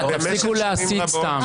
תפסיקו סתם להסית.